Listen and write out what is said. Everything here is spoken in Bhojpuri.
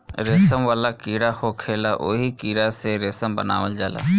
रेशम वाला कीड़ा होखेला ओही कीड़ा से रेशम बनावल जाला